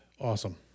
Awesome